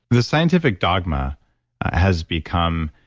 the scientific dogma has become,